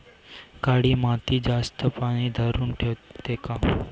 काळी माती जास्त पानी धरुन ठेवते का?